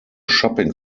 shopping